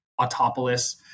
Autopolis